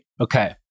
Okay